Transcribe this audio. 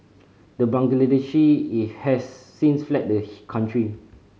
the Bangladeshi has since fled the country